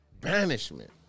Banishment